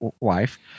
wife